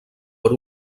per